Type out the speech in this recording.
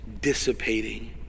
dissipating